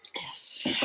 Yes